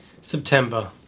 September